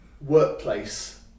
workplace